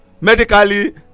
medically